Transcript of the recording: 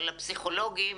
לפסיכולוגים,